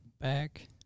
back